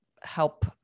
help